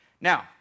Now